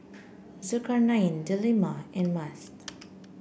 Zulkarnain Delima and Mast